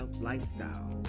lifestyle